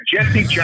Jesse